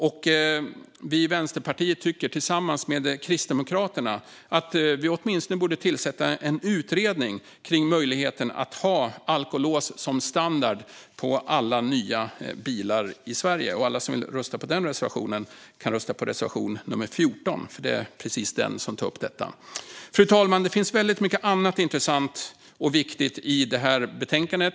Därför tycker Vänsterpartiet tillsammans med Kristdemokraterna att det åtminstone borde tillsättas en utredning om möjligheten att ha alkolås som standard på alla nya bilar i Sverige. Alla som vill rösta på den reservationen ska rösta på reservation nummer 14. Fru talman! Det finns mycket annat intressant och viktigt i detta betänkande.